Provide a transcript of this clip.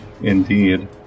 Indeed